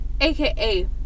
AKA